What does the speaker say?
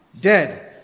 Dead